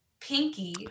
Pinky